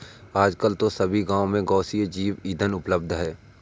आजकल तो सभी गांव में गैसीय जैव ईंधन उपलब्ध है